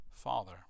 father